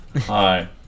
Hi